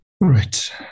right